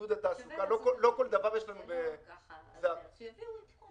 לא כל דבר יש לנו --- הוא אומר שיביאו עדכון